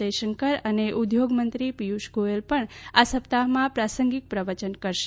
જયશંકર અને ઉદ્યોગમંત્રી પિયુષ ગોથલ પણ આ સપ્તાહમાં પ્રાસંગિક પ્રવચન કરશે